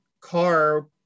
car